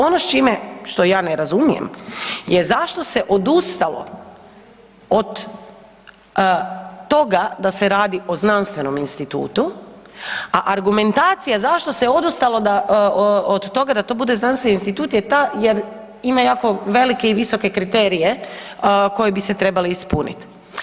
Ono s čime, što ja ne razumijem, je zašto se odustalo od toga da se radi o znanstvenom institutu, a argumentacija zašto se odustalo od toga da to bude znanstveni institut je ta jer ima jako velike i visoke kriterije koji bi se trebali ispunit.